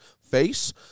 face